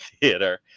theater